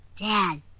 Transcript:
Dad